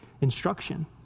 instruction